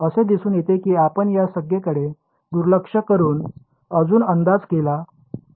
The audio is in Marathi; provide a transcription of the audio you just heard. असे दिसून येते की आपण या संज्ञेकडे दुर्लक्ष करून अजून अंदाज केला तर